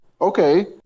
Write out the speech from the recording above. Okay